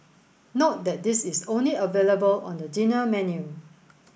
note that this is only available on the dinner menu